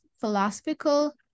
philosophical